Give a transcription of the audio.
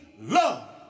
love